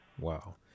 Wow